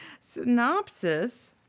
Synopsis